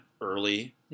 early